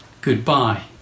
goodbye